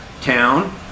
town